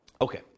okay